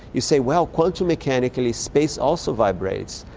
you say, well, quantum mechanically space also vibrates,